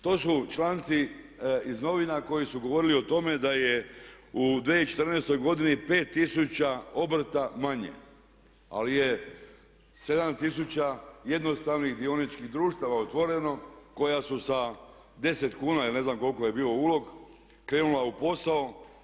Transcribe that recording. To su članci iz novina koji su govorili o tome da je u 2014. godini 5000 obrta manje, ali je 7000 jednostavnih dioničkih društava otvoreno koja su sa 10 kuna ili ne znam koliko je bio ulog krenula u posao.